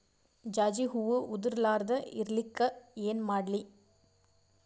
ಜಾಜಿ ಹೂವ ಉದರ್ ಲಾರದ ಇರಲಿಕ್ಕಿ ಏನ ಮಾಡ್ಲಿ?